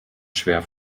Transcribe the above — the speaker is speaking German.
schwer